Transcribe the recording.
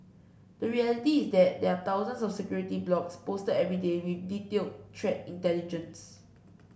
the reality is that there are thousands of security blogs posted every day with detailed threat intelligence